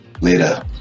later